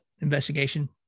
Investigation